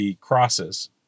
crosses